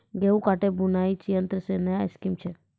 गेहूँ काटे बुलाई यंत्र से नया स्कीम छ?